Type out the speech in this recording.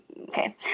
Okay